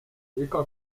rika